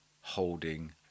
holding